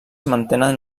mantenen